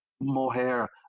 mohair